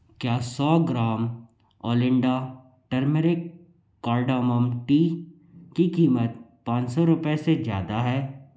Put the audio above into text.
क्या सौ gram Olinda turmeric cardamom tea की कीमत पाँच सौ रुपए से ज़्यादा है